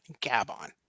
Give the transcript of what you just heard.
Gabon